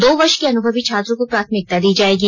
दो वर्ष के अनुभवी छात्रों को प्राथमिकता दी जायेगी